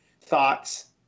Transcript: thoughts